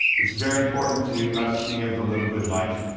it's very important to us being able to live a good life.